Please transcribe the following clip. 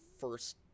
first